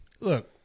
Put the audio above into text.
look